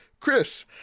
Chris